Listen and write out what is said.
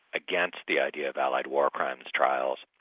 against the idea of allied war crimes trials.